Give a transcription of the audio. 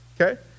okay